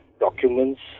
documents